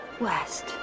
West